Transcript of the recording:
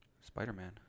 Spider-Man